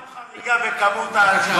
יש חריגה בכמות האנשים.